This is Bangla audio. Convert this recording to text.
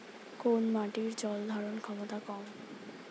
কোন মাটির জল ধারণ ক্ষমতা কম?